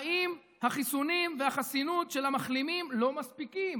האם החיסונים והחסינות של המחלימים לא מספיקים?